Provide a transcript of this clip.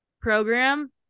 program